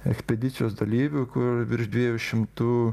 echpedicijos dalyvių kur virš dviejų šimtų